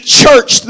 church